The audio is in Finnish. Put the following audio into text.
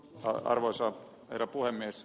arvoisa herra puhemies